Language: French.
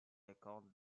accorde